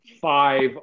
five